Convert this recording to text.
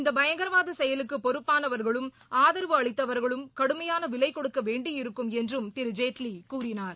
இந்த பயங்கரவாத செயலுக்கு பொறுப்பானவர்களும் ஆதரவு அளித்தவர்களும் கடுமையான விலைகொடுக்க வேண்டியிருக்கும் என்றும் திரு ஜேட்லி கூறினார்